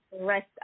rest